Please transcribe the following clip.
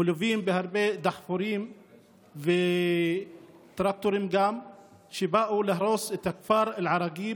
מלווים בהרבה דחפורים וגם טרקטורים שבאו להרוס את הכפר אל-עראקיב